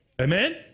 Amen